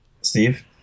Steve